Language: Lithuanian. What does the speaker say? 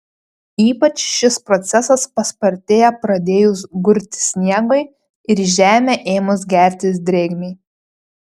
ypač šis procesas paspartėja pradėjus gurti sniegui ir į žemę ėmus gertis drėgmei